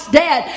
dead